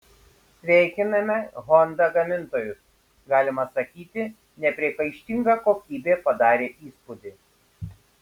sveikiname honda gamintojus galima sakyti nepriekaištinga kokybė padarė įspūdį